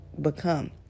become